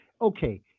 Okay